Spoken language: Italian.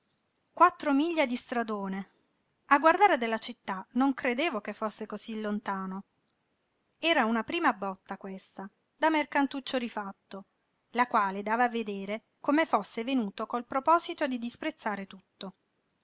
miglia di stradone a guardare dalla città non credevo che fosse cosí lontano era una prima botta questa da mercantuccio rifatto la quale dava a vedere come fosse venuto col proposito di disprezzare tutto